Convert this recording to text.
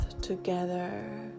together